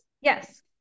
Yes